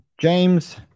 James